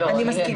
אני מסכימה.